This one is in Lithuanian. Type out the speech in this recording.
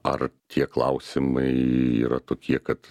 ar tie klausimai yra tokie kad